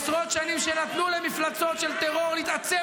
עשרות שנים שנתנו למפלצות של טרור להתעצם